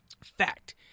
fact